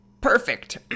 Perfect